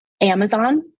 Amazon